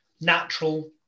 natural